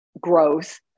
growth